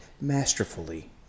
masterfully